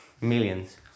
millions